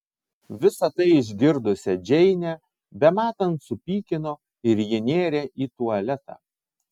visa tai išgirdusią džeinę bematant supykino ir ji nėrė į tualetą